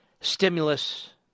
stimulus